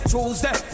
Tuesday